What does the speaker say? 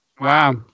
Wow